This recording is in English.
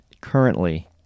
currently